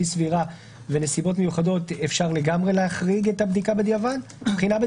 סבירה ונסיבות מיוחדות אפשר לגמרי להחריג את הבחינה בדיעבד,